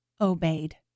obeyed